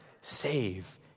save